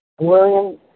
William